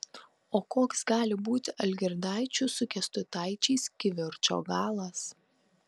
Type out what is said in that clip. o koks gali būti algirdaičių su kęstutaičiais kivirčo galas